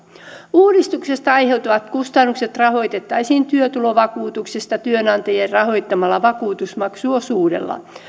uudistuksesta aiheutuvat kustannukset rahoitettaisiin työtulovakuutuksista työnantajien rahoittamalla vakuutusmaksuosuudella